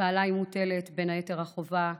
ועליי מוטלת בין היתר החובה,